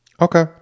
Okay